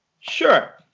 sure